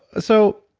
so,